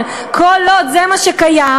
אבל כל עוד זה מה שקיים,